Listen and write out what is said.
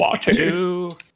Two